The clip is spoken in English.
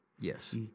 Yes